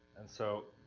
and so,